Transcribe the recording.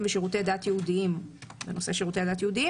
ושירותי דת יהודיים בנושאי שירותי הדת היהודיים,